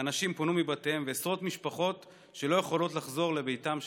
אנשים פונו מבתיהם ועשרות משפחות לא יכולות לחזור לביתם שנשרף.